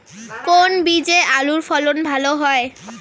কোন বীজে আলুর ফলন ভালো হয়?